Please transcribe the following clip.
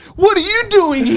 what are you doing